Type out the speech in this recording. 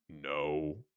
No